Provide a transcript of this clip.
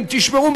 אם תשמעו,